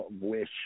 wish